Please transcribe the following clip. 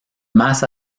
más